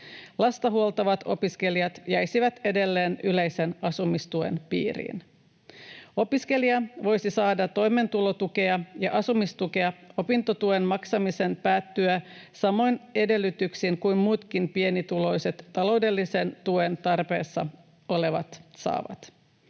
Lasta huoltavat opiskelijat jäisivät edelleen yleisen asumistuen piiriin. Opiskelija voisi saada toimeentulotukea ja asumistukea opintotuen maksamisen päätyttyä samoin edellytyksin kuin muutkin pienituloiset, taloudellisen tuen tarpeessa olevat saavat.